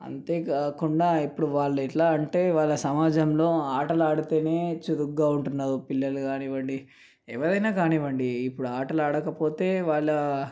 అంతే కాకుండా ఇప్పుడు వాళ్ళు ఎట్లా అంటే వాళ్ళ సమాజంలో ఆటలు ఆడితేనే చురుగ్గా ఉంటున్నారు పిల్లలు కానివ్వండి ఎవరైనా కానివ్వండి ఇప్పుడు ఆటలు ఆడకపోతే వాళ్ళ